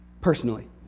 personally